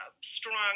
strong